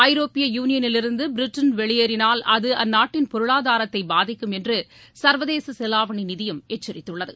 ஐரோப்பிய யூனியனிலிருந்து பிரிட்டன் வெளியேறினால் அது அந்நாட்டின் பொருளாதாரத்தை பாதிக்கும் என்று சர்வதேச செலாவணி நிதியம் எச்சரித்துள்ளது